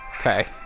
Okay